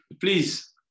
please